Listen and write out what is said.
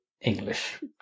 English